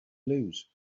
lose